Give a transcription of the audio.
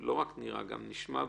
אם הוא לא מחויב, הוא מסתדר.